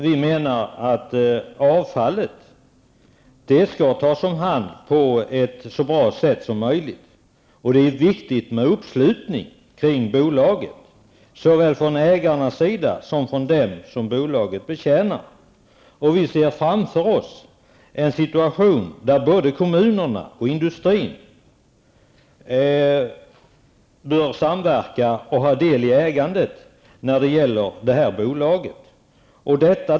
Vi menar att avfallet skall tas omhand på ett så bra sätt som möjligt, och det är viktigt med uppslutning kring bolaget såväl från ägarens sida som från den som bolaget betjänar. Vi ser framför oss en situation där både kommunerna och industrin bör samverka och ha del i ägandet av bolaget.